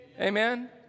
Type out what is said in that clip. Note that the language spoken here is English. amen